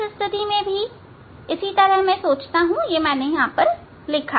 इस स्थिति में भी इसी तरह से मैं सोचता हूं मैंने यहां लिखा है